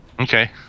Okay